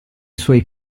suoi